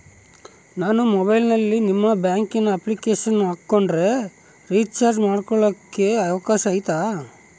ನಾನು ಮೊಬೈಲಿನಲ್ಲಿ ನಿಮ್ಮ ಬ್ಯಾಂಕಿನ ಅಪ್ಲಿಕೇಶನ್ ಹಾಕೊಂಡ್ರೆ ರೇಚಾರ್ಜ್ ಮಾಡ್ಕೊಳಿಕ್ಕೇ ಅವಕಾಶ ಐತಾ?